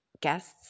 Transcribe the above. guests